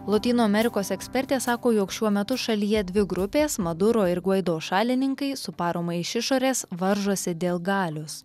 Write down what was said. lotynų amerikos ekspertė sako jog šiuo metu šalyje dvi grupės maduro ir gvaido šalininkai su parama iš išorės varžosi dėl galios